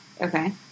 Okay